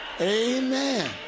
amen